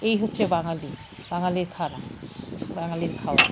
এই হচ্ছে বাঙালি বাঙালির খানা বাঙালির খাওয়া